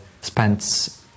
spends